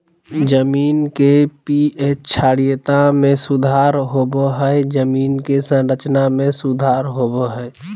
जमीन के पी.एच क्षारीयता में सुधार होबो हइ जमीन के संरचना में सुधार होबो हइ